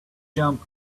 jump